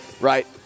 Right